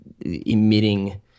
emitting